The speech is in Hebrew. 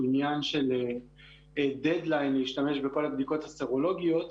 עניין של דד-ליין להשתמש בכל הבדיקות הסרולוגיות,